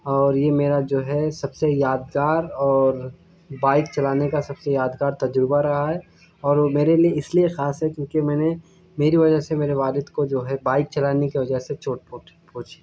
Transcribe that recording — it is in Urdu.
اور یہ میرا جو ہے سب سے یادگار اور بائک چلانے کا سب سے یادگار تجربہ رہا ہے اور وہ میرے لیے اس لیے خاص ہے کیونکہ میں نے میری وجہ سے میرے والد کو جو ہے بائک چلانے کے وجہ سے چوٹ پہنچی پہنچی